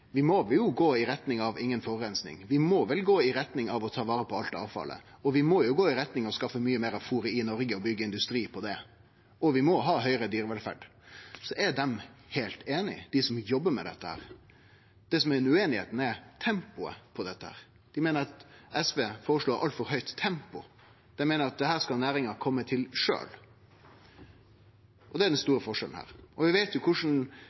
vi må gå i retning av inga forureining, at vi må gå i retning av å ta vare på alt avfallet, at vi må gå i retning av å skaffe mykje meir av fôret i Noreg og byggje industri på det, og at vi må ha eit høgare nivå på dyrevelferda, er dei jo heilt einige, dei som jobbar med dette. Det ein er ueinig om, er tempoet. Dei meiner at SV føreslår eit altfor høgt tempo. Dei meiner at dette skal næringa kome til sjølv, og det er den store forskjellen her. Vi veit korleis